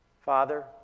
Father